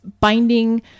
binding